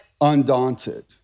undaunted